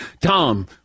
Tom